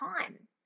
time